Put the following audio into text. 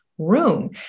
room